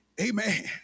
amen